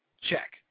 check